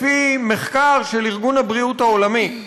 לפי מחקר של ארגון הבריאות העולמי,